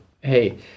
hey